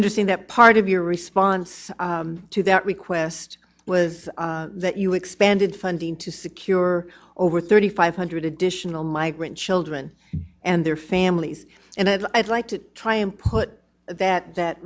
understand that part of your response to that request was that you expanded funding to secure over thirty five hundred additional migrant children and their families and i'd like to try and put that that